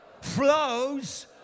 flows